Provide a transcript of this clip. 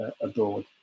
abroad